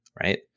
Right